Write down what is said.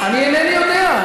אני אינני יודע.